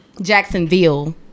Jacksonville